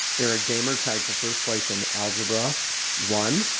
eric beymer tied for first place in algebra one.